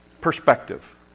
perspective